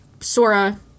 Sora